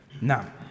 Now